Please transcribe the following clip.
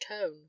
tone